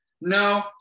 No